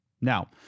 Now